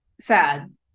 sad